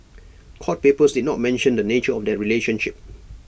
court papers did not mention the nature of their relationship